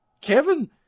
Kevin